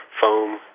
foam